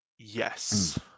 Yes